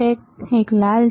એક કાળો છે એક લાલ છે